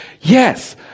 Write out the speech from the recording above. Yes